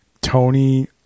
tony